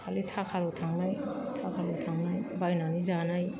खालि थाखाल' थांनाय थाखाल' थांनाय बायनानै जानाय